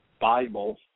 Bible